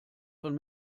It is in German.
von